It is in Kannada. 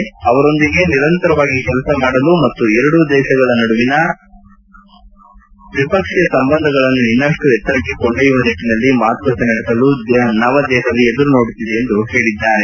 ನವದೆಹಲಿ ಅವರೊಂದಿಗೆ ನಿರಂತರವಾಗಿ ಕೆಲಸ ಮಾಡಲು ಮತ್ತು ಎರಡೂ ದೇಶಗಳ ನಡುವಿನ ದ್ವಿಪಕ್ಷೀಯ ಸಂಬಂಧಗಳನ್ನು ಇನ್ನಷ್ಟು ಎತ್ತರಕ್ಕೆ ಕೊಂಡೊಯ್ಕವ ನಿಟ್ಟನಲ್ಲಿ ಮಾತುಕತೆ ನಡೆಸಲು ನವದೆಹಲಿ ಎದುರು ನೋಡುತ್ತಿದೆ ಎಂದು ಹೇಳಿದ್ದಾರೆ